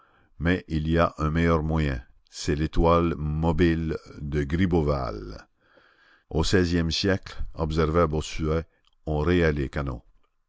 mais il y a un meilleur moyen c'est l'étoile mobile de gribeauval au seizième siècle observa bossuet on rayait les canons